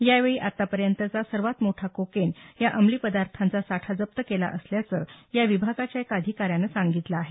यावेळी आता पर्यंतचा सर्वात मोठा कोकेन या अंमली पदार्थाचा साठा जप्त केला असल्याचं या विभागाच्या एका अधिकाऱ्यानं म्हटलं आहे